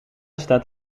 staat